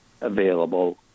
available